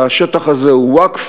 כי השטח הזה הוא ווקף,